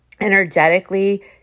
energetically